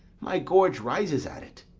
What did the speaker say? my gorge rises at it.